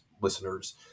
listeners